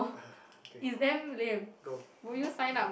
ugh okay go